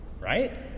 Right